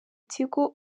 tigo